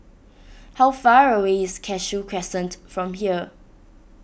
how far away is Cashew Crescent from here